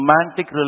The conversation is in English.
romantic